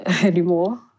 anymore